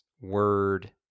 Word